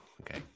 okay